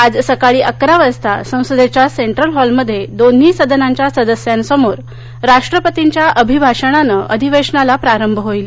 आज सकाळी अकरा वाजता संसदेच्या सेन्ट्रल हॉलमध्ये दोन्ही सदनांच्या सदस्यांसमोर राष्ट्रपतींच्या अभिभाषणानं अधिवेशनाला प्रारंभ होईल